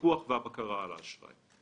הפיקוח והבקרה על האשראי.